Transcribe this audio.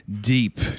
deep